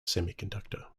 semiconductor